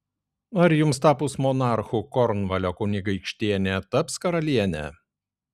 ar jums tapus monarchu kornvalio kunigaikštienė taps karaliene